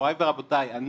מוריי ורבותיי,